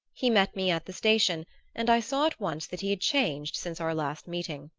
he met me at the station and i saw at once that he had changed since our last meeting.